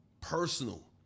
personal